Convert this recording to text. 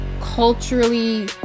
culturally